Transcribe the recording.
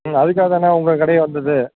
ம் அதுக்காக தாண்ணே உங்கள் கடையே வந்தது